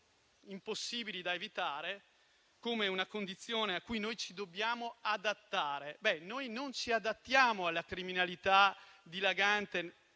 impossibili da evitare, come una condizione a cui ci dobbiamo adattare. Ebbene, noi non ci adattiamo alla criminalità dilagante